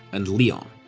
and leon.